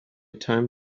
time